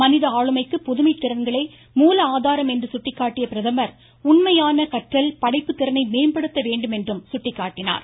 மனித ஆளுமைக்கு புதுமை திறன்களே மூல ஆதாரம் என்று சுட்டிக்காட்டிய அவர் உண்மையான கற்றல் படைப்புதிறனை மேம்படுத்த வேண்டுமென்றும் சுட்டிக்காட்டினார்